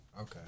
Okay